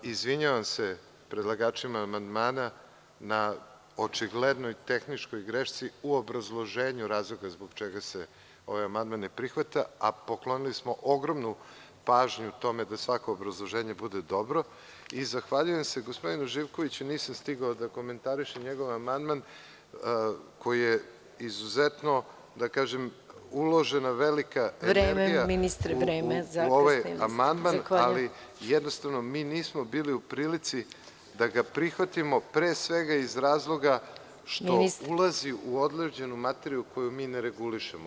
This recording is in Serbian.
Izvinjavam se predlagačima amandmana na očiglednoj tehničkoj greški u obrazloženju razloga zbog čega se ovaj amandman ne prihvata, a poklonili smo ogromnu pažnju tome da svako obrazloženje bude dobro i zahvaljujem se gospodinu Živkoviću, nisam stigao da komentarišem njegov amandman u koji je izuzetno uložena velika energija u ovaj amandmana, ali jednostavno mi nismo bili u prilici da ga prihvatimo, pre svega iz razloga što ulazi u određenu materiju koju mi ne regulišemo.